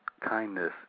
kindness